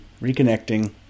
reconnecting